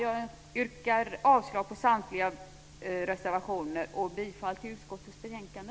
Jag yrkar avslag på samtliga reservationer och bifall till förslaget i utskottets betänkande.